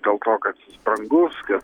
dėl to kad brangus kad